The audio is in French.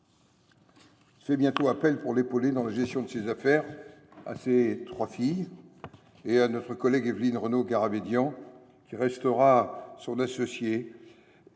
Il fait bientôt appel, pour l’épauler dans la gestion de ses affaires, à ses trois filles et à notre collègue Évelyne Renaud Garabedian, qui restera son associée